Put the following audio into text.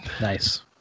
Nice